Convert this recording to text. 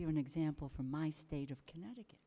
you an example from my state of connecticut